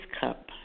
cup